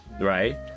right